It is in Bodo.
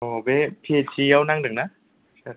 औ बे पि इ टि आव नांदों ना सार